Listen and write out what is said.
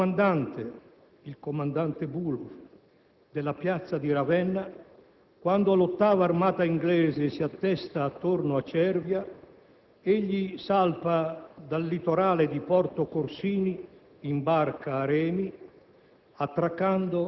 Nominato comandante - il comandante Bulow - della piazza di Ravenna, quando l'VIII Armata inglese si attesta attorno a Cervia, salpa dal litorale di Porto Corsini in barca a remi,